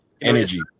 Energy